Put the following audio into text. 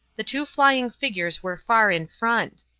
the two flying figures were far in front.